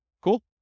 Cool